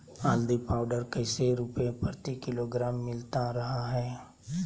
हल्दी पाउडर कैसे रुपए प्रति किलोग्राम मिलता रहा है?